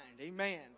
Amen